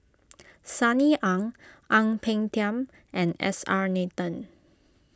Sunny Ang Ang Peng Tiam and S R Nathan